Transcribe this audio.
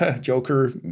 Joker